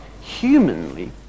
humanly